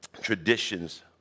traditions